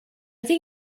think